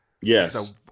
Yes